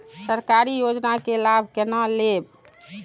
सरकारी योजना के लाभ केना लेब?